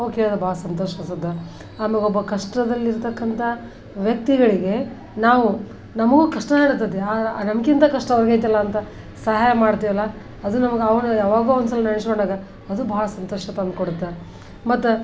ಅವು ಕೇಳಿದರೆ ಭಾಳ ಸಂತೋಷ ಅನ್ಸತ್ತೆ ಆಮೇಲೆ ಒಬ್ಬ ಕಷ್ಟದಲ್ಲಿರ್ತಕ್ಕಂಥ ವ್ಯಕ್ತಿಗಳಿಗೆ ನಾವು ನಮಗೂ ಕಷ್ಟಾನೇ ಇರ್ತದೆ ಆದ್ರೆ ನಮ್ಗಿಂತ ಕಷ್ಟ ಅವ್ರಿಗೆ ಐತಲ್ಲ ಅಂತ ಸಹಾಯ ಮಾಡ್ತೀವಲ್ಲ ಅದು ನಮಗೆ ಅವಾಗ ಯಾವಾಗೋ ಒಂದುಸಲ ನೆನಸ್ಕೊಂಡಾಗ ಅದು ಬಹಳ ಸಂತೋಷ ತಂದ್ಕೊಡುತ್ತೆ ಮತ್ತು